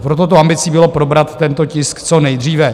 Proto tou ambicí bylo probrat tento tisk co nejdříve.